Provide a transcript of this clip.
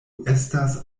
estas